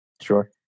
Sure